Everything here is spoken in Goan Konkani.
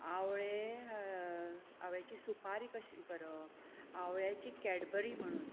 आवळे आवळ्यांची सुपारी कशी करप आवळ्याची कॅडबरी म्हणून